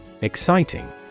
Exciting